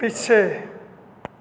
ਪਿੱਛੇ